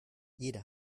jeder